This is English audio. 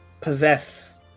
possess